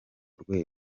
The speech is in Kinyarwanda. rwego